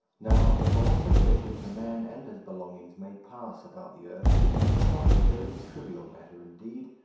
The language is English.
now, the velocity at which a man and his belongings may pass about the earth is in itself a very trivial matter indeed,